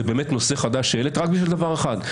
זה באמת נושא חדש שהעלית רק בשביל דבר אחד.